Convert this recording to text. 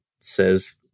says